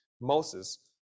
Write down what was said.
Moses